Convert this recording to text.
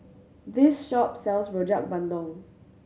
this shop sells Rojak Bandung